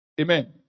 Amen